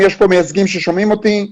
אם יש כאן מייצגים ששומעים אותי,